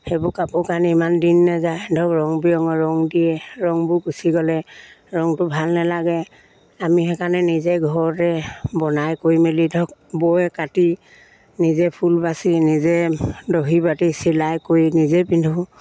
সেইবোৰ কাপোৰ কানি ইমান দিন নাযায় ধৰক ৰং বিৰঙৰ ৰং দিয়ে ৰংবোৰ গুচি গ'লে ৰংটো ভাল নালাগে আমি সেইকাৰণে নিজে ঘৰতে বনাই কৰি মেলি ধৰক বৈ কাটি নিজে ফুল বাচি নিজে দহি বাতি চিলাই কৰি নিজে পিন্ধোঁ